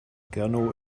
gernot